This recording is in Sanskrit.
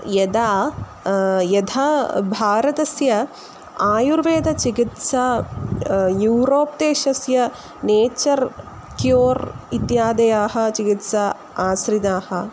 यदा यथा भारतस्य आयुर्वेदचिकित्सा यूरोप् देशस्य नेचर् क्यूर् इत्याद्याः चिकित्साः आश्रिताः